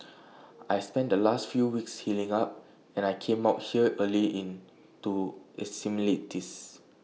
I spent the last few weeks healing up and I came out here early in to acclimatise